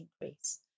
increase